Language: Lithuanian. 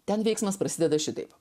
ten veiksmas prasideda šitaip